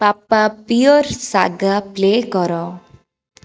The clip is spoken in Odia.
ପାପା ପିଅର୍ ସାଗା ପ୍ଲେ କର